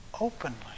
openly